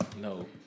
No